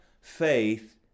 faith